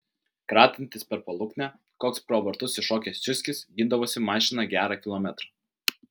kratantis per paluknę koks pro vartus iššokęs ciuckis gindavosi mašiną gerą kilometrą